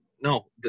No